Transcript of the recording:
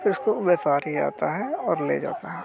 फिर उसको व्यापारी आता है और ले जाता है